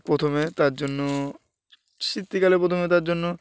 প্রথমে তার জন্য শীতকালে প্রথমে তার জন্য